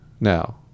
Now